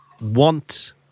want